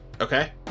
Okay